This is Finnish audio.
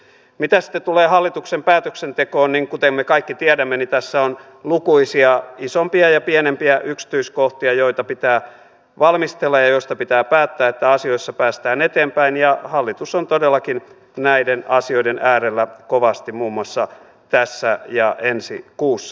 mitä sitten tulee hallituksen päätöksentekoon niin kuten me kaikki tiedämme tässä on lukuisia isompia ja pienempiä yksityiskohtia joita pitää valmistella ja joista pitää päättää jotta asioissa päästään eteenpäin ja hallitus on todellakin näiden asioiden äärellä kovasti muun muassa tässä ja ensi kuussa